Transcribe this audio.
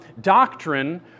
doctrine